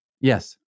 Yes